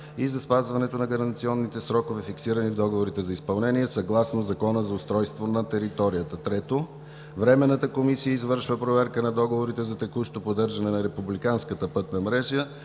и за спазването на гаранционните срокове, фиксирани в договорите за изпълнение, съгласно Закона за устройство на територията. 3. Временната комисия извършва проверка на договорите за текущо поддържане на републиканската пътна мрежа